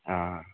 अँ